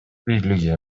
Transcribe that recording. бийлиги